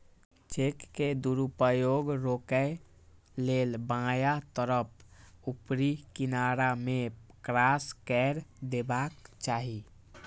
cheque के दुरुपयोग रोकै लेल बायां तरफ ऊपरी किनारा मे क्रास कैर देबाक चाही